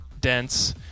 dense